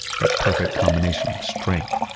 that perfect combination of strength,